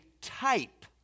type